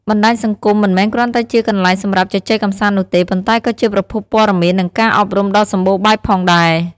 បណ្ដាញសង្គមមិនមែនគ្រាន់តែជាកន្លែងសម្រាប់ជជែកកម្សាន្តនោះទេ ប៉ុន្តែក៏ជាប្រភពព័ត៌មាន និងការអប់រំដ៏សម្បូរបែបផងដែរ។